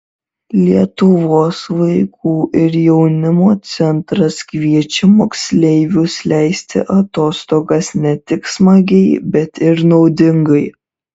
lietuvos vaikų ir jaunimo centras kviečia moksleivius leisti atostogas ne tik smagiai bet ir naudingai